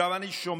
עכשיו אני שומע